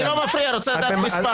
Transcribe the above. אני לא מפריע, רוצה לדעת את המספר.